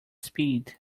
speed